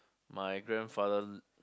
my grandfather